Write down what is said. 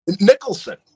Nicholson